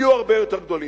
יהיו הרבה יותר גדולים.